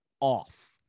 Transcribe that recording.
off